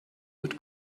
would